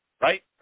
right